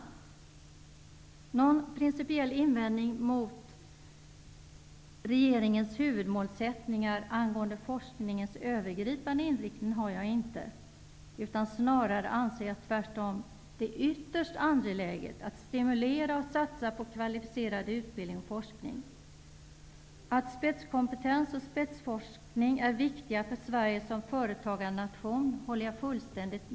Jag har inte någon principiell invändning mot regeringens huvudmålsättningar angående forskningens övergripande inriktning. Jag anser snarare tvärtom att det är ytterst angeläget att stimulera och satsa på kvalificerad utbildning och forskning. Jag håller fullständigt med om att spetskompetens och spetsforskning är viktiga för Sverige som företagarnation.